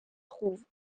trouve